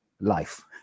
life